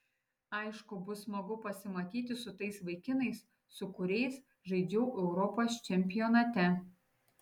aišku bus smagu pasimatyti su tais vaikinais su kuriais žaidžiau europos čempionate